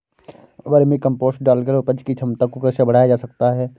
Vermi compost डालकर उपज की क्षमता को कैसे बढ़ाया जा सकता है?